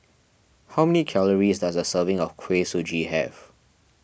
how many calories does a serving of Kuih Suji have